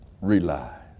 realize